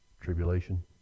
tribulation